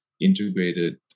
integrated